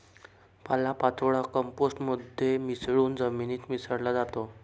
पालापाचोळा कंपोस्ट मध्ये मिसळून जमिनीत मिसळला जातो